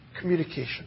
communication